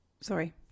Sorry